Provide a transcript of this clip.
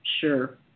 sure